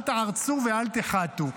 אל תַּעַרְצוּ ואל תֵּחַתּוּ.